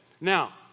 Now